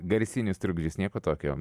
garsinius trukdžius nieko tokio